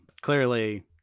clearly